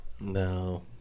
No